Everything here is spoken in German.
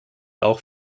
auch